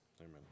amen